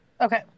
okay